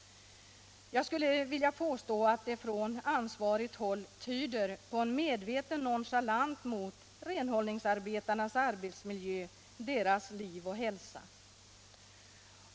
Jag skulle vilja påstå att det tyder på en medveten nonchalans från ansvarigt håll mot renhållningsarbetarnas arbetsmiljö, deras liv och hälsa.